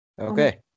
Okay